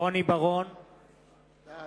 נא להצביע, מי בעד